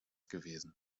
gewesen